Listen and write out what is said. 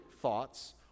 thoughts